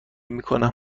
میکنم